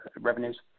revenues